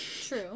True